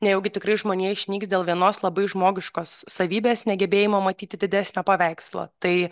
nejaugi tikrai žmonija išnyks dėl vienos labai žmogiškos savybės negebėjimo matyti didesnio paveikslo tai